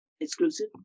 exclusive